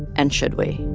and should we?